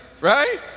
right